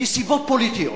מסיבות פוליטיות,